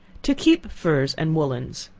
to keep furs and woollens.